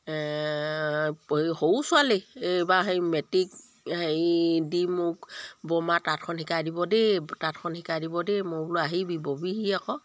সৰু ছোৱালী এইবাৰ সেই মেট্ৰিক হেৰি দি মোক বৰমা তাঁতখন শিকাই দিব দেই তাঁতখন শিকাই দিব দেই মই বোলো আহিবি ববিহি আক